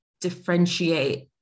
differentiate